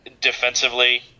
defensively